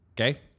Okay